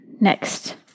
next